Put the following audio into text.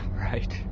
right